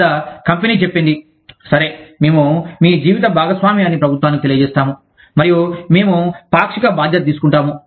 లేదా కంపెనీ చెప్పింది సరే మేము మీ జీవిత భాగస్వామి అని ప్రభుత్వానికి తెలియజేస్తాము మరియు మేము పాక్షిక బాధ్యత తీసుకుంటాము